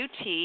UT